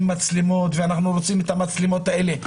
מצלמות ואנחנו רוצים את המצלמות האלה.